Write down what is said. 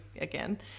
again